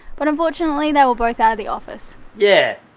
but unfortunately, they were both out of the office. yeah,